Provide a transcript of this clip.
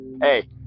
Hey